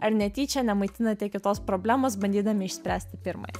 ar netyčia nemaitinate kitos problemos bandydami išspręsti pirmąją